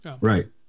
Right